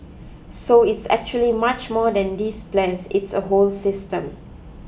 so it's actually much more than these plans it's a whole system